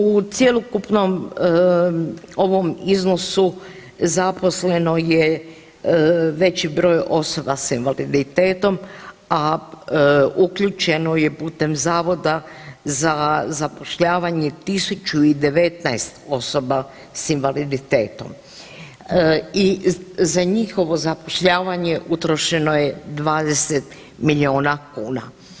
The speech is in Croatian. U cjelokupnom ovom iznosu zaposleno je veći broj osoba s invaliditetom, a uključeno je putem Zavoda za zapošljavanje 1.019 osoba s invaliditetom i za njihovo zapošljavanje utrošeno je 20 miliona kuna.